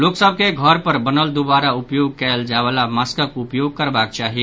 लोक सभ के घर पर बनल दुबारा उपयोग कयल जायवला मास्कक उपयोग करबाक चाहि